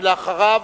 ואחריו,